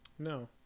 No